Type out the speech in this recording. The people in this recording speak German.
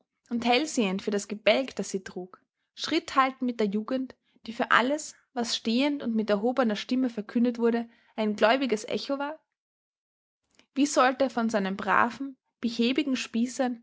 und hellsehend für das gebälk das sie trug schritt halten mit der jugend die für alles was stehend und mit erhobener stimme verkündet wurde ein gläubiges echo war wie sollte er von seinen braven behäbigen spießern